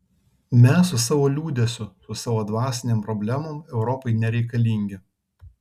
mes su savo liūdesiu su savo dvasinėm problemom europai nereikalingi